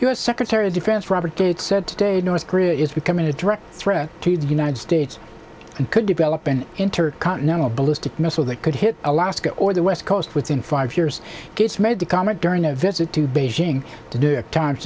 the u s secretary of defense robert gates said today north korea is becoming a direct threat to the united states could develop an intercontinental ballistic missile that could hit alaska or the west coast within five years gets made the comment during a visit to beijing to do times